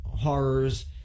horrors